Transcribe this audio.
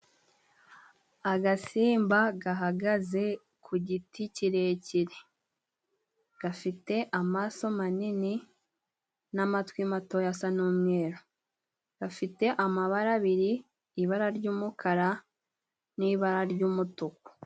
Agasimba gahagaze ku giti kirekire gafite amaso manini n'amatwi matoya asa n'umweru, gafite amabara abiri ibara ry'umukara n'ibara ry'umutuku.